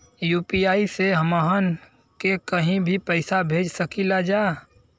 UPI से हमहन के कहीं भी पैसा भेज सकीला जा?